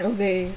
Okay